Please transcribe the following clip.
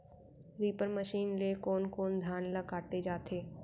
Reaper machine ले कोन कोन धान ल काटे जाथे?